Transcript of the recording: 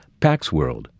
PaxWorld